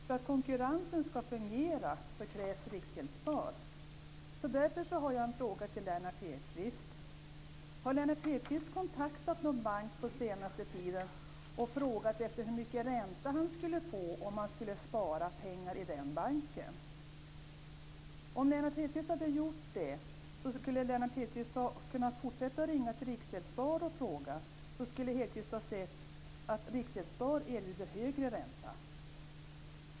För att konkurrensen ska fungera så krävs Riksgäldsspar, skulle man kunna säga. Därför har jag alltså en fråga till Lennart Hedquist: Har Lennart Hedquist kontaktat någon bank på senaste tiden och frågat efter hur mycket ränta han skulle få om han skulle spara pengar i den banken? Om Lennart Hedquist hade gjort det så skulle han ha kunnat fortsätta att ringa till Riksgäldsspar och fråga. Då skulle han ha sett att Riksgäldsspar erbjuder högre ränta.